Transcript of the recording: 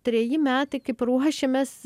treji metai kaip ruošiamės